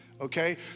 Okay